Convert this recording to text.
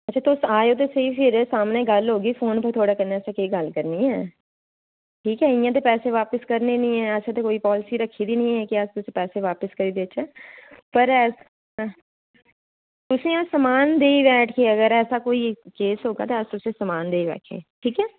अच्छा तुस आओ ते सेही फिर सामनै थुआढ़े नै गल्ल होगी फोन पर थुआढ़ै कन्नै असैं केह् गल्ल करनी ऐ ठीक ऐ इ'यां ते पैसे बापस करने निं हैन ऐसी कोई पालिसी रक्खी दी निं ऐ कि अस तुसेंगी पैसे बापस करी देचै पर एह् ऐ तुसें अस समान देई बैठचै पर तुसें गी अस समान देई देगे अगर ऐसा कोई केस होगा अस तुसेंगी समान देई ओड़गे ठीक ऐ